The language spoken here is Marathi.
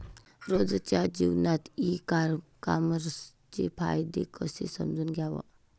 रोजच्या जीवनात ई कामर्सचे फायदे कसे समजून घ्याव?